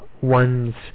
ones